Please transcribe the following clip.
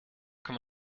kann